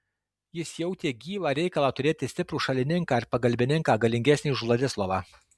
jis jautė gyvą reikalą turėti stiprų šalininką ir pagalbininką galingesnį už vladislovą